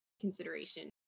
consideration